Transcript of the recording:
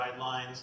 guidelines